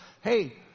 hey